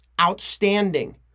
outstanding